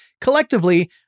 collectively